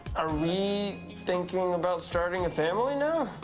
are we thinking about starting a family now?